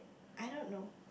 I don't know